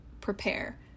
prepare